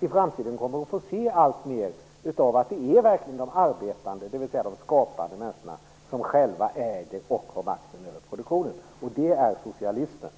I framtiden kommer vi att få se alltmer av att det verkligen är de arbetande, dvs. de skapande människorna, som själva äger och har makten över produktionen. Det är socialismen,